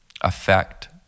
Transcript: affect